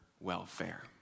welfare